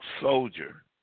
soldier